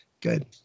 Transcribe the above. Good